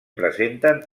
presenten